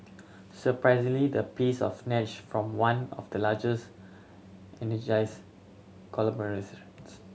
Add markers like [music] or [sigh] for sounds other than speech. surprisingly the piece of snatch from one of the largest energies conglomerates [unintelligible]